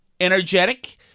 energetic